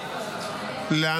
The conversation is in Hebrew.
למה עלית עוד פעם?